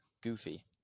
goofy